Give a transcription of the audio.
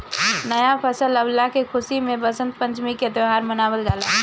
नया फसल अवला के खुशी में वसंत पंचमी के त्यौहार मनावल जाला